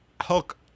Hulk